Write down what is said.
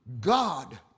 God